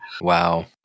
Wow